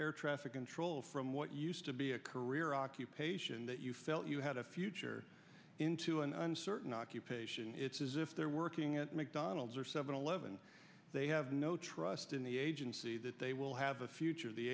air traffic control from what used to be a career occupation that you felt you had a future into an uncertain occupation it's as if they're working at mcdonald's or seven eleven they have no trust in the agency that they will have a future the